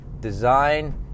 design